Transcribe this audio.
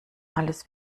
alles